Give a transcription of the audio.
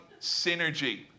synergy